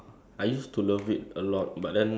that one is like now like in trend lah